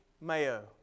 Mayo